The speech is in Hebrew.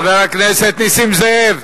חבר הכנסת נסים זאב.